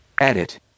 Edit